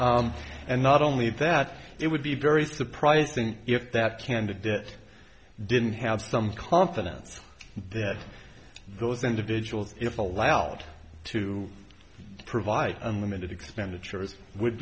and not only that it would be very surprising if that candidate didn't have some confidence that those individuals if allowed to provide unlimited expenditures would